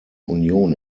union